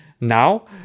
Now